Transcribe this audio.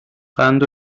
قند